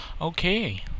okay